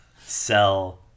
Sell